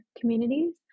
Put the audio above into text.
communities